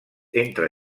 entre